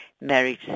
marriage